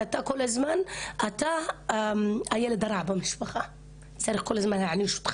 והתחושה היא שאנחנו "הילד הרע" במשפחה שצריך כל הזמן להעניש,